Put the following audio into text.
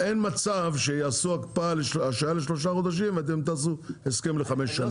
אין מצב שיעשו השהיה לשלושה חודשים ואתם תעשו הסכם לחמש שנים.